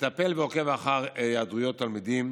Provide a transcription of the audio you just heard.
מטפל ועוקב אחר היעדרויות תלמידים